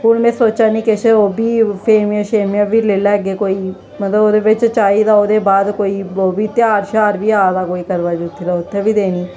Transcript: हून में सोचै नी किश ओह् बी फेमिया शेमियां बी लेई लैगे कोई मतलब ओह्दे बिच्च चाहिदा ओह्दे बाद कोई ओह् बी त्याहर श्यार बी आ'रदा कोई करवा चोथी दा उत्थे बी देनी